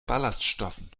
ballaststoffen